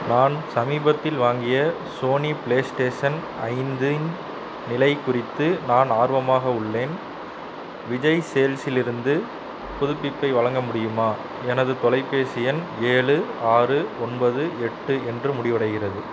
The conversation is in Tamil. நான் சமீபத்தில் வாங்கிய சோனி பிளேஸ்டேஷன் ஐந்தின் நிலை குறித்து நான் ஆர்வமாக உள்ளேன் விஜய் சேல்ஸ்ஸில் இருந்து புதுப்பிப்பை வழங்க முடியுமா எனது தொலைபேசி எண் ஏழு ஆறு ஒன்பது எட்டு என்று முடிவடைகிறது